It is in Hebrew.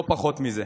לא פחות מזה.